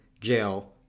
jail